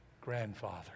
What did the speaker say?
grandfather